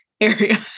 area